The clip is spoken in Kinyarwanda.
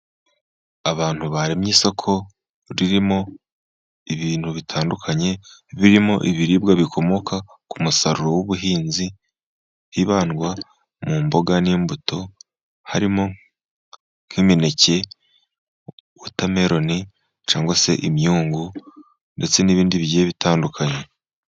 Abantu baremye isoko ririmo ibintu bitandukanye, birimo ibiribwa bikomoka ku musaruro w'ubuhinzi, hibandwa mu mboga n'imbuto, harimo nk'imineke , wotameloni cyangwa se imyungu, ndetse n'ibindi bigiye bitandukanye.